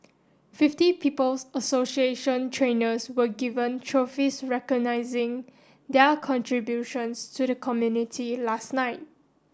Fifty People's Association trainers were given trophies recognising their contributions to the community last night